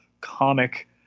comic